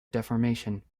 deformation